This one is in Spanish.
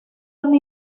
una